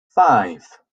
five